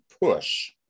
push